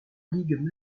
ligue